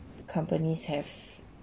companies have